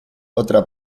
otra